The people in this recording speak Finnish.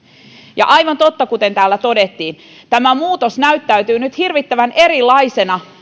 aivan totta kuten täällä todettiin tämä muutos näyttäytyy nyt hirvittävän erilaisena